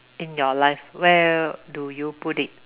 in your life where do you put it